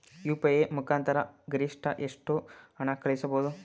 UPI ಮುಖಾಂತರ ಗರಿಷ್ಠ ಎಷ್ಟು ಹಣ ಕಳಿಸಬಹುದು?